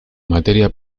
materia